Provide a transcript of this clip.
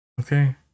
Okay